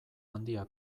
handia